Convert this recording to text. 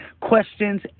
questions